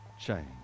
change